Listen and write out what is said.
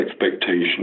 expectations